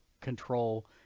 control